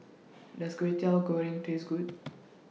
Does Kwetiau Goreng Taste Good